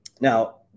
Now